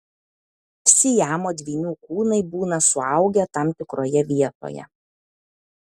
siamo dvynių kūnai būna suaugę tam tikroje vietoje